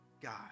God